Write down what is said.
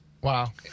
Wow